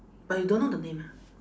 but you don't know the name ah